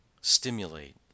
stimulate